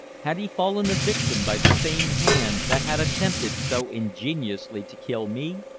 had he fallen a victim by the same hand that had attempted so ingeniously to kill me?